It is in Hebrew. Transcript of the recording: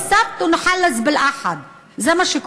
(אומרת בערבית: נתחיל בשבת ונסיים ביום ראשון.) זה מה שקורה.